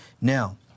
Now